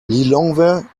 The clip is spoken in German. lilongwe